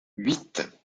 huit